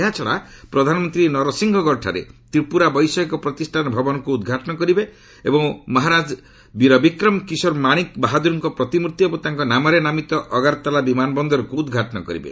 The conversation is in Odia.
ଏହାଛଡ଼ା ପ୍ରଧାନମନ୍ତ୍ରୀ ନରସିଂହଗଡ଼ଠାରେ ତ୍ରିପୁରା ବୈଷୟିକ ପ୍ରତିଷ୍ଠାନ ଭବନକୁ ଉଦ୍ଘାଟନ କରିବା ସହ ମହାରାଜ ବୀରବିକ୍ରମ କିଶୋର ମାଣିକ ବାହାଦୂରଙ୍କ ପ୍ରତିମୂର୍ତ୍ତି ଏବଂ ତାଙ୍କ ନାମରେ ନାମିତ ଅଗରତାଲା ବିମାନ ବନ୍ଦରକ୍ ଉଦ୍ଘାଟନ କରିବେ